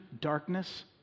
darkness